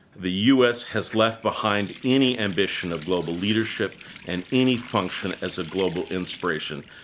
the u. s. has left behind any ambition of global leadership and any function as a global inspiration.